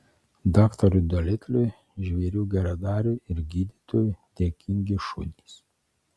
daktarui dolitliui žvėrių geradariui ir gydytojui dėkingi šunys